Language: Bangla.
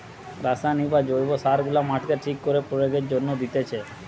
রাসায়নিক বা জৈব সার গুলা মাটিতে ঠিক করে প্রয়োগের জন্যে দিতেছে